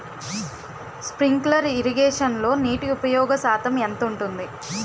Sprinkler ఇరగేషన్లో నీటి ఉపయోగ శాతం ఎంత ఉంటుంది?